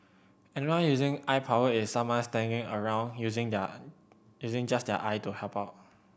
anyone using eye power is someone standing around using their using just their eye to help out